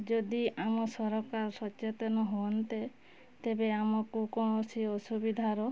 ଯଦି ଆମ ସରକାର ସଚେତନ ହୁଅନ୍ତେ ତେବେ ଆମକୁ କୌଣସି ଅସୁବିଧାର